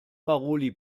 paroli